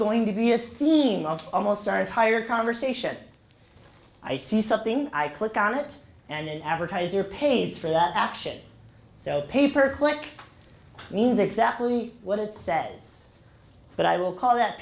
going to be a theme of almost our entire conversation i see something i click on it and advertiser pays for that action so pay per click means exactly what it says but i will call that